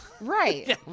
right